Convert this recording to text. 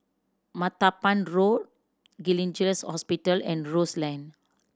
Martaban Road Gleneagles Hospital and Rose Lane